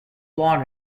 log